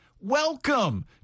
welcome